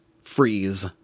freeze